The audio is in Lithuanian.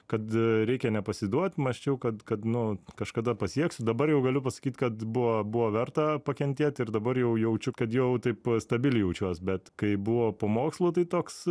kad reikia nepasiduot mąsčiau kad kad nu kažkada pasieksiu dabar jau galiu pasakyt kad buvo buvo verta pakentėt ir dabar jau jaučiu kad jau taip stabiliai jaučiuos bet kai buvo po mokslo tai toks